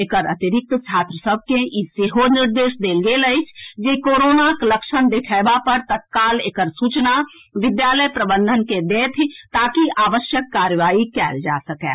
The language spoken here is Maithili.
एकर अतिरिक्त छात्र सभ के ई सेहो निर्देश देल गेल अछि जे कोरोनाक लक्षण देखएबा पर तत्काल एकर सूचना विद्यालय प्रबंधन के देथि ताकि आवश्यक कार्रवाई कएल जा सकए